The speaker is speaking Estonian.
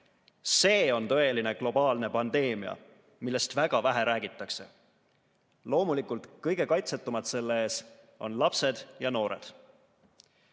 See on tõeline globaalne pandeemia, millest väga vähe räägitakse. Loomulikult on kõige kaitsetumad selle ees lapsed ja noored.